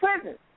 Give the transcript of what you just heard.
prison